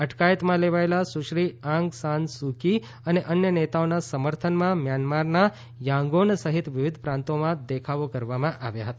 અટકાયતમાં લેવાયેલા સુશ્રી આંગ સાન સૂ કી અને અન્ય નેતાઓના સમર્થનમાં મ્યાનમારના યાંગોન સહિત વિવિધ પ્રાંતોમાં દેખાવો કરવામાં આવ્યા હતા